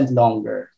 longer